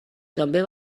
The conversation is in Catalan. també